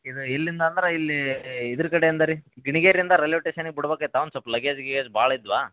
ಇದು ಎಲ್ಲಿಂದ ಅಂದ್ರೆ ಇಲ್ಲಿ ಇದ್ರ ಕಡೆಯಿಂದ ರೀ ಗಿಣಿಗೇರಿಯಿಂದ ರೈಲ್ವೆ ಟೇಷನ್ಗೆ ಬಿಡ್ಬೇಕಿತ್ತು ಒಂದು ಸ್ವಲ್ಪ ಲಗೇಜ್ ಗಿಗೇಜ್ ಭಾಳ ಇದ್ವು